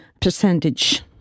percentage